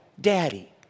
Daddy